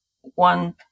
one